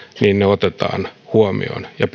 ne otetaan huomioon ja